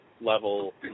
level